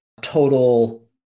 total